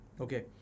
Okay